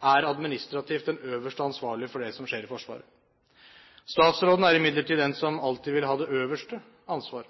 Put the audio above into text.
administrativt er den øverste ansvarlige for det som skjer i Forsvaret. Statsråden er imidlertid den som alltid vil ha det øverste ansvaret.